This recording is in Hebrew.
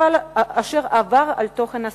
אשר עבר על תוכן הספר.